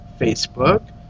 Facebook